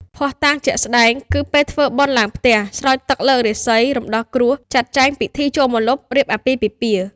ភ័ស្តុតាងជាក់ស្តែង គឺពេលធ្វើបុណ្យឡើងផ្ទះ ស្រោចទឹកលើករាសី រំដោះគ្រោះ ចាត់ចែងពិធីចូលម្លប់ រៀបអាពាហ៍ពិពាហ៍។